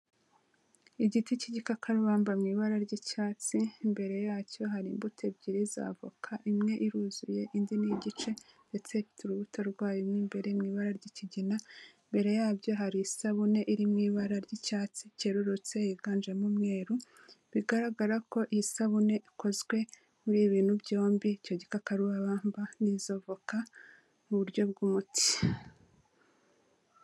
Igiti cy'igikakabamba mu ibara ry'icyatsi, mbere yacyo hari imbuto ebyiri za avoka, imwe iruzuye indi n'igice ndetse ifite urubuta rwayo mo imbere mu ibara ry'ikigina, imbere yabyo hari isabune iri mu ibara ry'icyatsi cyerurutse higanjemo umweru, bigaragara ko iyi sabune ikozwe muri ibi bintu byombi, icyo gikakarubamba n'izovoka, mu buryo bw'umuti.